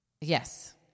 Yes